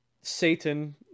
Satan